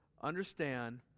understand